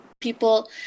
People